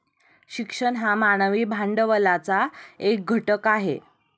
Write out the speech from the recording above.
शिक्षण हा मानवी भांडवलाचा एक घटक आहे